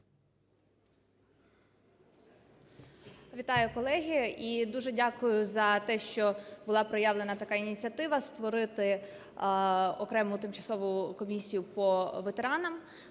Вітаю, колеги. І дуже дякую за те, що була проявлена така ініціатива створити окрему тимчасову комісію по ветеранам.